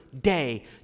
day